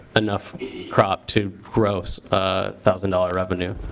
enough crop to gross a thousand dollar revenue.